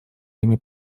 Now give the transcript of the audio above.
имя